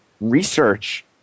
Research